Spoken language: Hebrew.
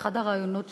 באחד הראיונות שעשיתי,